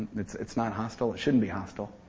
it's it's not hostile, it shouldn't be hostile.